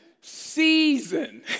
Season